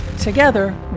Together